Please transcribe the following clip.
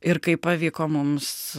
ir kaip pavyko mums